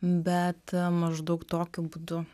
bet maždaug tokiu būdu